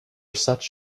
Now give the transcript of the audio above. such